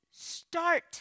start